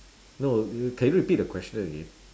no do you can you repeat the question again